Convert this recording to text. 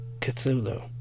Cthulhu